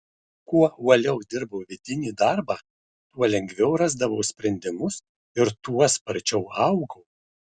kuo uoliau dirbau vidinį darbą tuo lengviau rasdavau sprendimus ir tuo sparčiau augau